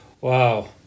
wow